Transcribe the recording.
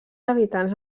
habitants